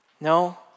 No